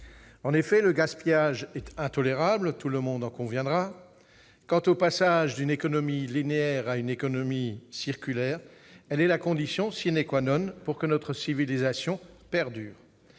En effet, le gaspillage est intolérable, tout le monde en conviendra. Quant au passage d'une économie linéaire à une économie circulaire, elle est la condition pour que notre civilisation perdure.